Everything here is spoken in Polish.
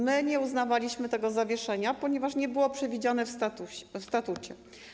My nie uznawaliśmy tego zawieszenia, ponieważ nie było to przewidziane w statucie.